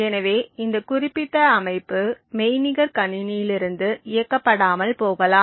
எனவே இந்த குறிப்பிட்ட அமைப்பு மெய்நிகர் கணினியிலிருந்து இயக்கப்படாமல் போகலாம்